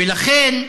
ולכן,